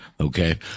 Okay